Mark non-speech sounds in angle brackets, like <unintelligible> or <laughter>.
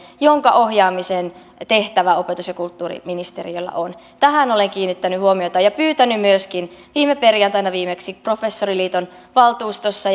jonka ohjaamisen tehtävä opetus ja kulttuuriministeriöllä on tähän olen kiinnittänyt huomiota ja pyytänyt myöskin viimeksi viime perjantaina professoriliiton valtuustossa <unintelligible>